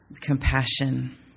compassion